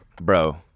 Bro